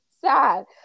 sad